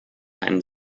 keinen